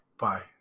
Bye